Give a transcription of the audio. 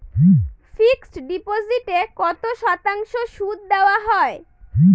Fixed ডিপোজিটে কত শতাংশ সুদ দেওয়া হয়?